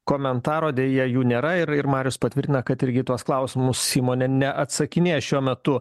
komentaro deja jų nėra ir ir marius patvirtina kad irgi į tuos klausimus įmonė neatsakinėja šiuo metu